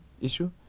issue